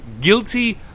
guilty